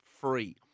free